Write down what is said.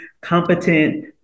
competent